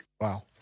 Wow